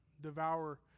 Devour